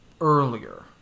earlier